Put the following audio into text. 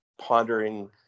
pondering